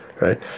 right